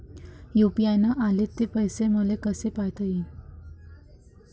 UPI न आले ते पैसे मले कसे पायता येईन?